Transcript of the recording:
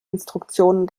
instruktionen